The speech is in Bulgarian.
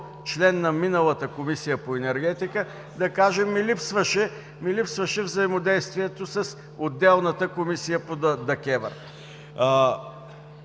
член на миналата Комисия по енергетика ми липсваше взаимодействието с отделната Комисия по ДКЕВР.